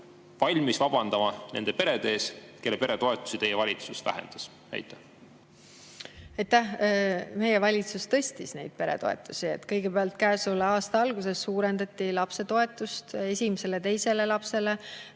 valmis vabandama nende perede ees, kelle peretoetusi teie valitsus vähendas? Aitäh! Meie valitsus tõstis peretoetusi. Kõigepealt käesoleva aasta alguses suurendati lapsetoetust esimese ja teise lapse